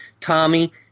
Tommy